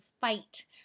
fight